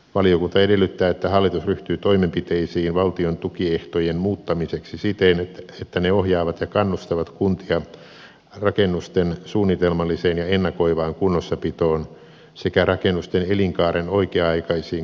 valiokunta edellyttää että hallitus ryhtyy toimenpiteisiin valtion tukiehtojen muuttamiseksi siten että ne ohjaavat ja kannustavat kuntia rakennusten suunnitelmalliseen ja ennakoivaan kunnossapitoon sekä rakennusten elinkaaren oikea aikaisiin korjauksiin